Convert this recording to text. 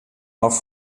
noch